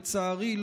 לצערי,